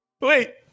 wait